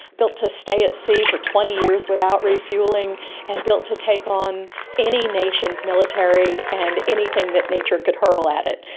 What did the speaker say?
built to stay at sea for twenty years without refuelling and built to take on any nation's military and anything that nature could hurl at it.